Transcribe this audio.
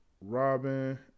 Robin